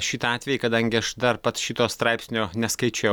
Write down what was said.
šitą atvejį kadangi aš dar pats šito straipsnio neskaičia